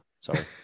sorry